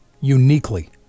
uniquely